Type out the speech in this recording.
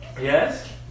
yes